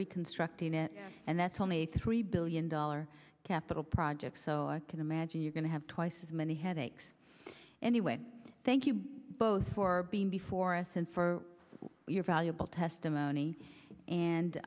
reconstructing it and that's only a three billion dollar capital project so i can imagine you're going to have twice as many headaches anyway thank you both for being before us and for your valuable testimony